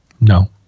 No